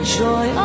joy